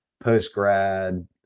post-grad